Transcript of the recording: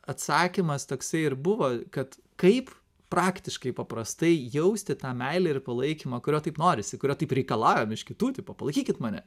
atsakymas toksai ir buvo kad kaip praktiškai paprastai jausti tą meilę ir palaikymą kurio taip norisi kurio taip reikalaujam iš kitų tipo palaikykit mane